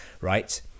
Right